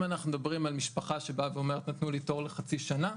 אם אנחנו מדברים על משפחה שבאה ואומרת 'נתנו לי תור לחצי שנה',